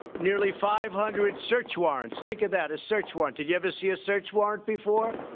nearly five hundred search warrants think of that, a search warrant, did you ever see a search warrant before?